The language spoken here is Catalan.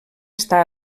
està